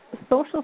social